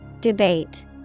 Debate